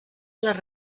les